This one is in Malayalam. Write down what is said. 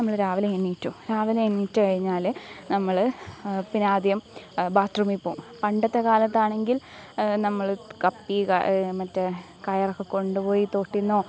നമ്മൾ രാവിലെ എണീറ്റു രാവിലെ എണീറ്റ് കഴിഞ്ഞാൽ നമ്മൾ പിന്നെ ആദ്യം ബാത്ത് റൂമിൽ പോവും പണ്ടത്തെ കാലത്താണെങ്കിൽ നമ്മൾ കപ്പി മറ്റേ കയറൊക്കെ കൊണ്ടുപോയി തോട്ടിൽ നിന്നോ